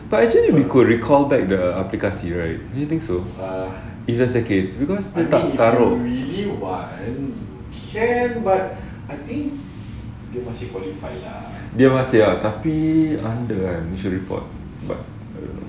but actually we could recall back the aplikasi right do you think so if that's the case because dia tak taruk dia masih ah tapi under kan we should report but I don't know